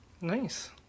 Nice